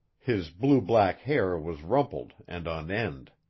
his blue-black hair was rumpled and on end.